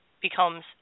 becomes